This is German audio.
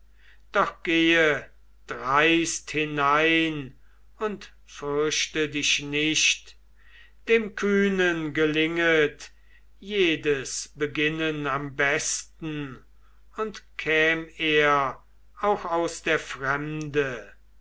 doch gehe dreist hinein und fürchte dich nicht dem kühnen gelinget jedes beginnen am besten und käm er auch aus der fremde